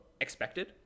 expected